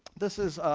this is